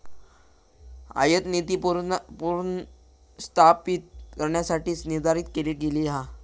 आयातनीती पुनर्स्थापित करण्यासाठीच निर्धारित केली गेली हा